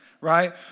right